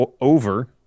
over